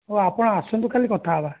ହଉ ଆପଣ ଆସନ୍ତୁ କାଲି କଥା ହେବା